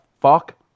fuck